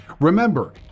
Remember